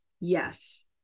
yes